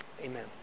Amen